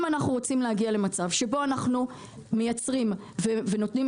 אם רוצים להגיע למצב בו אנחנו מייצרים ומספקים